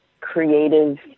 creative